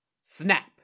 Snap